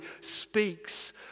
speaks